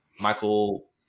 Michael